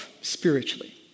spiritually